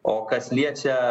o kas liečia